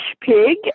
pig